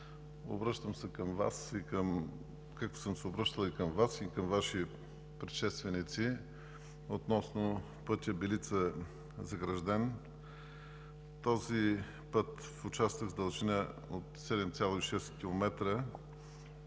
съм се обръщал и към Ваши предшественици относно пътя Белица – Загражден. Този пътен участък е с дължина от 7,6 км